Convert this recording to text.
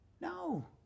No